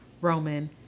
Roman